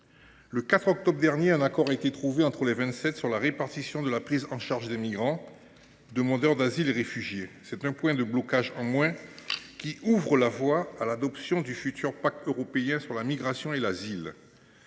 Le 4 octobre dernier, un accord a été trouvé entre les Vingt-Sept sur la répartition de la prise en charge des migrants, demandeurs d’asile et réfugiés. C’est un point de blocage en moins, qui ouvre la voie à l’adoption du futur pacte européen sur la migration et l’asile.